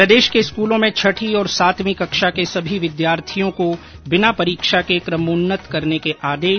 प्रदेश के स्कूलों में छठी और सातवीं कक्षा के सभी विद्यार्थियों को बिना परीक्षा के क्रमोन्नत करने के आदेश